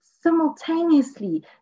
simultaneously